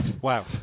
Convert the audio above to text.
Wow